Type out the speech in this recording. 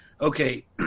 Okay